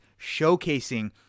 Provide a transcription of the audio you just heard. showcasing